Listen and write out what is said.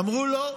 אמרו: לא.